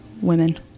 women